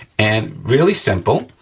and, really simple,